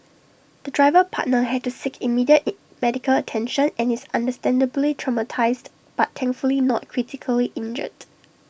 the driver partner had to seek immediate in medical attention and is understandably traumatised but thankfully not critically injured